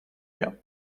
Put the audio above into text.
her